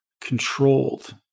controlled